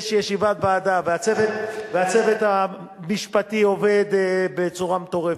יש ישיבת ועדה, והצוות המשפטי עובד בצורה מטורפת,